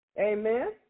Amen